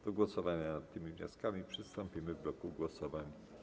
Do głosowania nad tymi wnioskami przystąpimy w bloku głosowań.